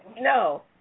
No